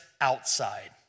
outside